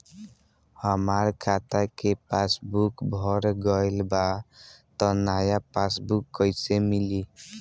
हमार खाता के पासबूक भर गएल बा त नया पासबूक कइसे मिली?